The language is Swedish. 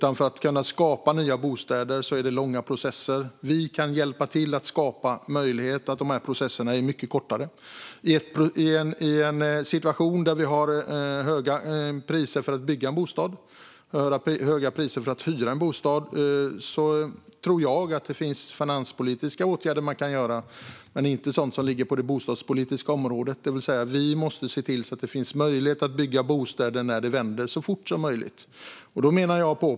Det är långa processer för att kunna skapa nya bostäder. Vi kan hjälpa till att skapa möjligheter genom att dessa processer blir mycket kortare. I en situation med höga priser för att bygga en bostad och höga priser för att hyra en bostad tror jag att det finns finanspolitiska åtgärder man kan vidta, men det är inte sådant som ligger på det bostadspolitiska området. Vi måste se till att det finns möjlighet att bygga bostäder när det vänder - så fort som möjligt.